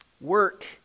work